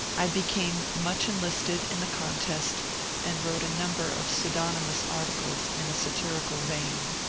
i became much enlisted in the contest and wrote a number of pseudonymous articles in a satirical vein.